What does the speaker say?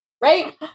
right